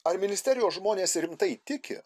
ar ministerijos žmonės rimtai tiki